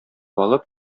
алып